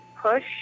push